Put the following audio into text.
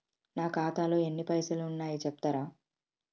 నా ఖాతాలో ఎన్ని పైసలు ఉన్నాయి చెప్తరా?